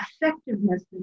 effectiveness